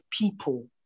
people